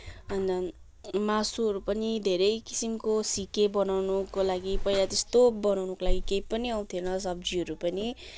अन्त मासुहरू पनि धेरै किसिमको सिकेँ बनाउनको लागि पहिला त्यस्तो बनाउनको लागि केही पनि आउने थिएन सब्जीहरू पनि